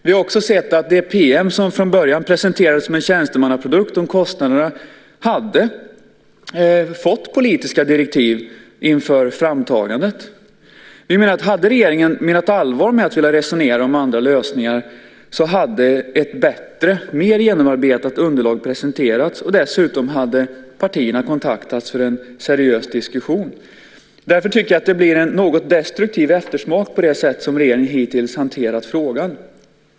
Vi har också sett att man inför framtagandet av den PM som från början presenterades som en tjänstemannaprodukt över kostnaderna hade fått politiska direktiv. Hade regeringen menat allvar med att vilja resonera om andra lösningar hade ett bättre och mer genomarbetat underlag presenterats, och dessutom hade partierna kontaktats för en seriös diskussion. Därför tycker jag att det sätt som regeringen hittills hanterat frågan ger en något destruktiv eftersmak.